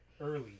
early